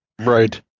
Right